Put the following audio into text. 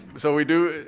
so we do,